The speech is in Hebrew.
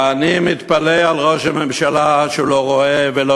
ואני מתפלא על ראש הממשלה שהוא לא רואה ולא